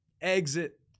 Exit